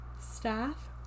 staff